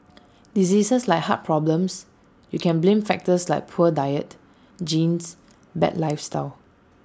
diseases like heart problems you can blame factors like poor diet genes bad lifestyle